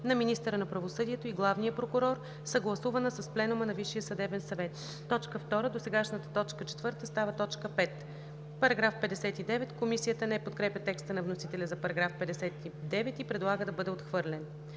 на министъра на правосъдието и главния прокурор, съгласувана с пленума на Висшия съдебен съвет;“. 2. Досегашната т. 4 става т. 5.“ Комисията не подкрепя текста на вносителя за § 59 и предлага да бъде отхвърлен.